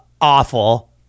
awful